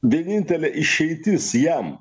vienintelė išeitis jam